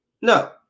No